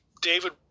David